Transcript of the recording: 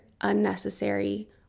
unnecessary